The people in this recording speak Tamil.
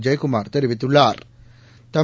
ஜெயக்குமாா் தெரிவித்துள்ளாா்